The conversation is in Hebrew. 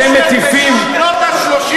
אתם מטיפים, בשנות ה-30